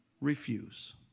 refuse